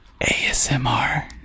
ASMR